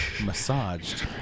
massaged